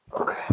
okay